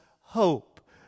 hope